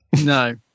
No